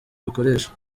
bikoresho